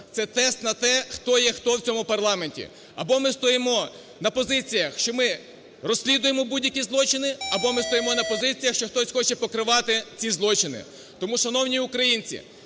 це тест на те, хто є хто в цьому парламенті. Або ми стоїмо на позиціях, що ми розслідуємо будь-які злочини, або ми стоїмо на позиціях, що хтось хоче покривати ці злочини. Тому, шановні українці,